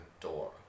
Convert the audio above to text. door